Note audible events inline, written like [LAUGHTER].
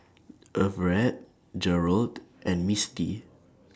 [NOISE] Everette Jerold and Mistie